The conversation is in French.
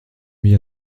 mit